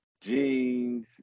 jeans